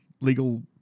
legal